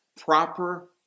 Proper